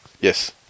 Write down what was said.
Yes